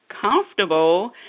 comfortable